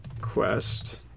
quest